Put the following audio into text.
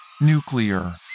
nuclear